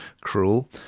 Cruel